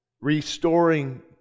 Restoring